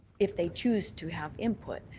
if they choose to have input,